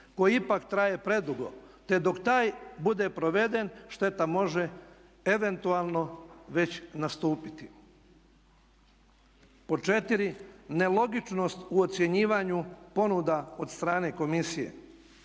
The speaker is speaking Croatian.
Koji ipak traje predugo. Te dok taj bude proveden šteta može eventualno već nastupiti. Pod četiri, nelogičnost u ocjenjivanju ponuda od strane komisije.